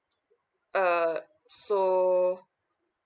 err so